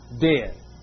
dead